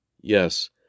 Yes